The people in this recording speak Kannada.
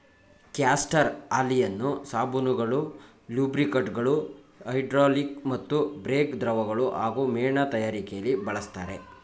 ಕ್ಯಾಸ್ಟರ್ ಆಯಿಲನ್ನು ಸಾಬೂನುಗಳು ಲೂಬ್ರಿಕಂಟ್ಗಳು ಹೈಡ್ರಾಲಿಕ್ ಮತ್ತು ಬ್ರೇಕ್ ದ್ರವಗಳು ಹಾಗೂ ಮೇಣ ತಯಾರಿಕೆಲಿ ಬಳಸ್ತರೆ